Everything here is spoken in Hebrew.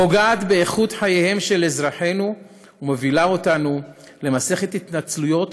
פוגע באיכות חייהם של אזרחינו ומוביל אותנו למסכת התנצלויות